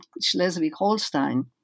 Schleswig-Holstein